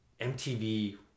MTV